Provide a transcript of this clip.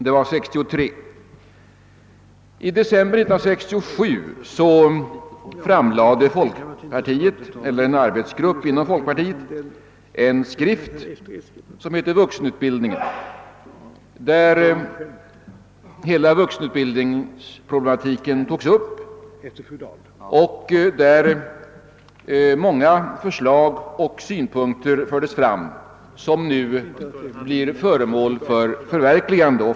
I december 1967 framlade en arbetsgrupp inom folkpartiet en skrift med namnet »Vuxenutbildningen», där hela vuxenutbildningsproblematiken togs upp och där många förslag och synpunkter fördes fram, som nu förverkligas.